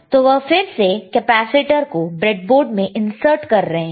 तो वह फिर से कैपेसिटर को ब्रेडबोर्ड में इंसर्ट कर रहे हैं